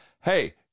Hey